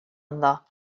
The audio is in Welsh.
ynddo